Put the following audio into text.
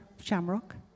shamrock